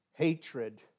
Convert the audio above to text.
Hatred